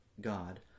God